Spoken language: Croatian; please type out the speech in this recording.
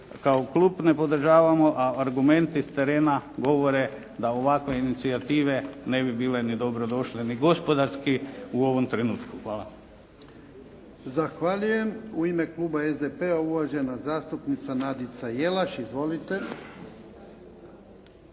kao klub ne podržavamo, a argumenti s terena govore da ovakve inicijative ne bi bile ni dobro došle ni gospodarski u ovom trenutku. Hvala. **Jarnjak, Ivan (HDZ)** Zahvaljujem. U ime kluba SDP-a, uvažena zastupnica Nadica Jelaš. Izvolite.